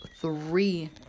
three